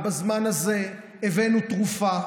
ובזמן הזה הבאנו תרופה,